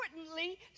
importantly